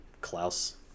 klaus